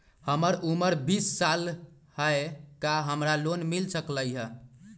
हमर उमर बीस साल हाय का हमरा लोन मिल सकली ह?